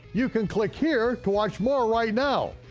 you can click here to watch more right now.